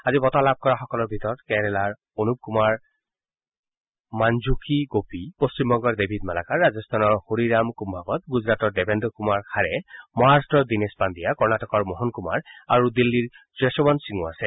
আজি বঁটা লাভ কৰাসকলৰ ভিতৰত কেৰালাৰ অনুপ কুমাৰ মানঝখি গোপী পশ্চিম বংগৰ ডেভিদ মালাকাৰ ৰাজস্থানৰ হৰি ৰাম কুম্ভাৱট গুজৰাটৰ দেৱেন্দ্ৰ কুমাৰ খাৰে মহাৰাট্টৰ দীনেশ পাণ্ডিয়া কৰ্ণাটকৰ মোহন কুমাৰ আৰু দিল্লীৰ যশোৱান্ত সিঙো আছে